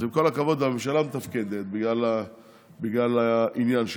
אז עם כל הכבוד, הממשלה מתפקדת בגלל העניין שלה,